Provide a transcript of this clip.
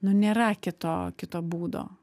nu nėra kito kito būdo